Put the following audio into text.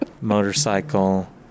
motorcycle